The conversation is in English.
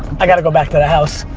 i gotta go back to the house.